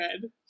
good